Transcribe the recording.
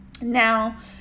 Now